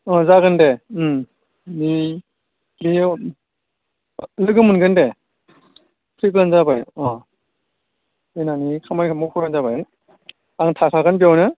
जागोन दे बि बियाव लोगो मोनगोन दे फैब्लानो जाबाय अ फैनानै खामानिखौ मावफैबानो जाबाय आं थाखागोन बेयावनो